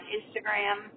Instagram